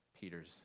Peter's